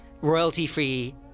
Royalty-free